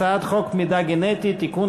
הצעת חוק מידע גנטי (תיקון,